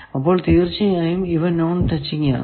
അപ്പോൾ തീർച്ചയായും ഇവ നോൺ ടച്ചിങ് ആണ്